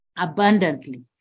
abundantly